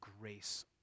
grace